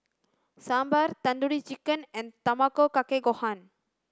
Sambar Tandoori Chicken and Tamago Kake Gohan